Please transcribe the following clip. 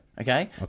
Okay